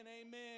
Amen